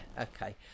okay